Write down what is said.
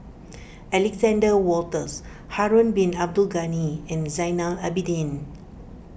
Alexander Wolters Harun Bin Abdul Ghani and Zainal Abidin